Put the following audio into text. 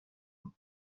بینی